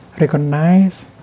recognize